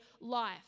life